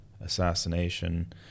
assassination